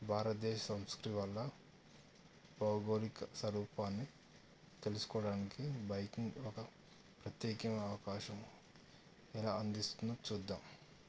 భారతదేశ సంస్కృతి వల్ల భౌగోళిక సరూపాన్ని తెలుసుకోవడానికి బైకింగ్ ఒక ప్రత్యేకమైన అవకాశం ఎలా అందిస్తున్నదో చూద్దాం